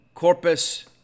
Corpus